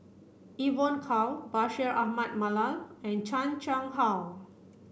Evon Kow Bashir Ahmad Mallal and Chan Chang How